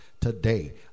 Today